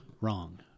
wrong